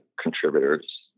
contributors